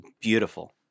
beautiful